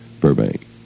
Burbank